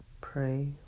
pray